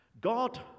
God